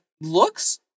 looks